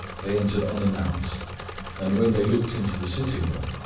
they entered unannounced and when they looked into the sitting-room,